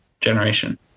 generation